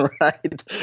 Right